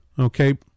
Okay